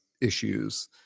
issues